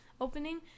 opening